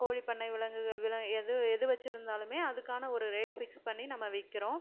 கோழி பண்ணை விலங்குகள் வில எது எது வைச்சிருந்தாலுமே அதுக்கான ஒரு ரேட் ஃபிக்ஸ் பண்ணி நம்ம விக்கிறோம்